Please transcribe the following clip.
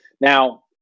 Now